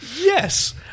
yes